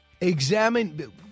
Examine